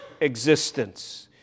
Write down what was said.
existence